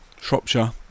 Shropshire